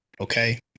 okay